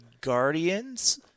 Guardians